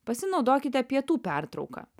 pasinaudokite pietų pertrauką